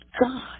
God